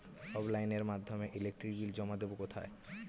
অফলাইনে এর মাধ্যমে ইলেকট্রিক বিল জমা দেবো কোথায়?